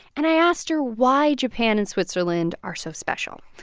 and i asked her why japan and switzerland are so special.